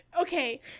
Okay